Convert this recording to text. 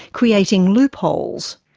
creating loopholes.